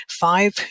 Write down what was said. five